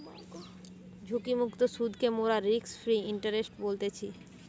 ঝুঁকিমুক্ত সুদকে মোরা রিস্ক ফ্রি ইন্টারেস্ট বলতেছি